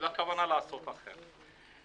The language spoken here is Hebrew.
והכוונה לעשות אחרת.